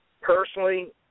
personally